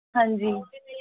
हाँ जी